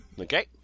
Okay